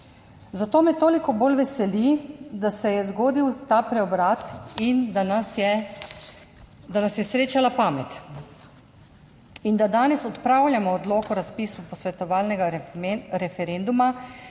Zato me toliko bolj veseli, da se je zgodil ta preobrat in da nas je srečala pamet in da danes odpravljamo odlok o razpisu posvetovalnega referenduma